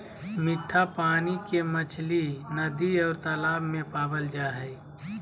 मिट्ठा पानी के मछली नदि और तालाब में पावल जा हइ